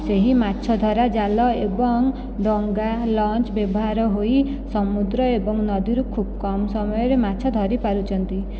ସେହି ମାଛଧରା ଜାଲ ଏବଂ ଡଙ୍ଗା ଲଞ୍ଚ ବ୍ୟବହାର ହୋଇ ସମୁଦ୍ର ଏବଂ ନଦୀରୁ ଖୁବ କମ ସମୟରେ ମାଛ ଧରି ପାରୁଛନ୍ତି